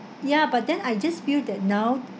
ya but then I just feel that now